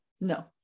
no